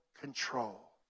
control